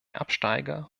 absteiger